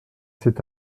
c’est